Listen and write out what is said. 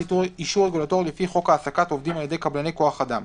(51)אישור רגולטורי לפי חוק העסקת עובדים על ידי קבלני כוח אדם,